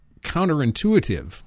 counterintuitive